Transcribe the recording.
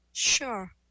sure